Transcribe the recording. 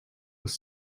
was